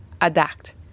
adapt